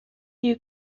you